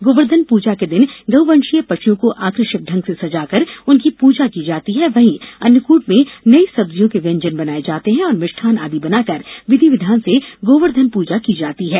गोवर्धन पूजा के दिन गौवंशीय पशुओं को आकर्षक ढंग से सजाकर उनकी पूजा की जाती है वहीं अन्नकूट में नई सब्जियों के व्यंजन बनाये जाते हैं और मिष्ठान आदि बनाकर विधि विधान से गोवर्धन पूजा की जाती है